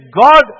God